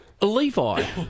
Levi